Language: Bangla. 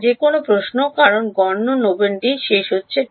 হ্যাঁ যে কোনও প্রশ্ন কারণ গণ্য ডোমেনটি শেষ হচ্ছে